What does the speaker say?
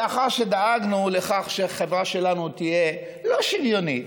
לאחר שדאגנו לכך שהחברה שלנו תהיה לא שוויונית,